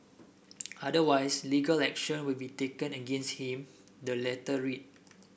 otherwise legal action will be taken against him the letter read